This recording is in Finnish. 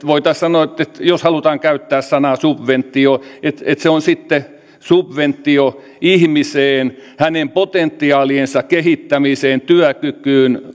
voitaisiin sanoa että jos halutaan käyttää sanaa subventio niin se on sitten subventio ihmiseen hänen potentiaaliensa kehittämiseen työkykyyn